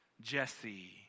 Jesse